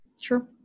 Sure